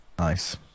Nice